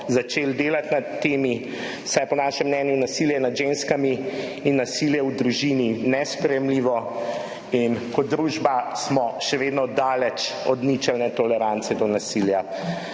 začeli delati na temi, saj je po našem mnenju nasilje nad ženskami in nasilje v družini nesprejemljivo. Kot družba smo še vedno daleč od ničelne tolerance do nasilja.